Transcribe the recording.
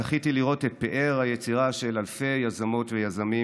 זכיתי לראות את פאר היצירה של אלפי יזמות ויזמים